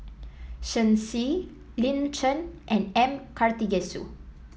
Shen Xi Lin Chen and M Karthigesu